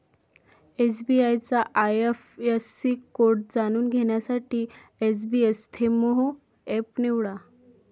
SBI चा IFSC code जाणून घेण्यासाठी एसबइस्तेमहो एप निवडा